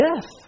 death